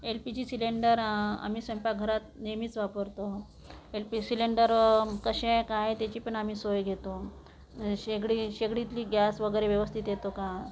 L P G cylinder आम्ही स्वयंपाकघरात नेहमीच वापरतो एल पी सिलेंडर कसे काय त्याची पण आम्ही सोय घेतो शेगडी शेगडीतली गॅस वगैरे व्यवस्थित येतो का